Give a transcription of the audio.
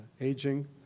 aging